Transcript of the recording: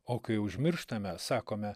o kai užmirštame sakome